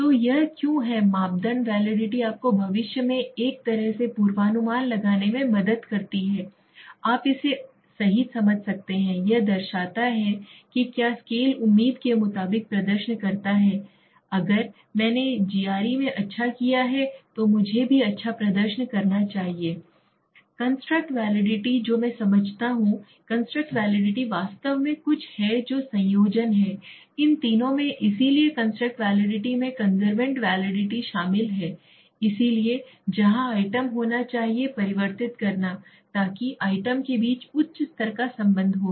तो यह क्यों है मापदंड वैलिडिटी आपको भविष्य में एक तरह से पूर्वानुमान लगाने में मदद करती है आप इसे सही समझ सकते हैं यह दर्शाता है कि क्या स्केल उम्मीद के मुताबिक प्रदर्शन करता है अगर मैंने जीआरई में अच्छा किया है तो मुझे भी अच्छा प्रदर्शन करना चाहिए कंस्ट्रक्ट वैलिडिटी जो मैं समझता हूं कंस्ट्रक्ट वैलिडिटी वास्तव में कुछ है जो संयोजन है इन तीनों में इसलिए कंस्ट्रक्ट वैलिडिटी में कन्वर्जेंट वैलिडिटी शामिल है इसलिए जहां आइटम होना चाहिए परिवर्तित करना ताकि आइटम के बीच उच्च स्तर का संबंध हो